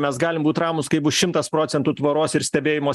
mes galim būt ramūs kai bus šimtas procentų tvoros ir stebėjimo